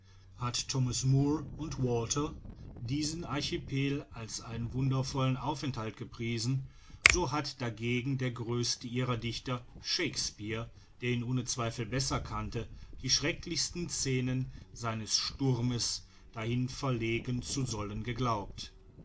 hat thomas moore und walter diesen archipel als einen wundervollen aufenthalt gepriesen so hat dagegen der größte ihrer dichter shakespeare der ihn ohne zweifel besser kannte die schrecklichsten scenen seines sturmes dahin verlegen zu sollen geglaubt